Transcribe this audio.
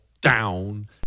down